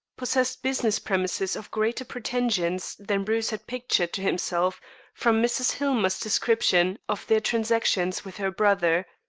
possessed business premises of greater pretensions than bruce had pictured to himself from mrs. hillmer's description of their transactions with her brother.